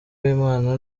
w’imana